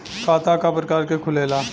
खाता क प्रकार के खुलेला?